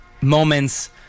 moments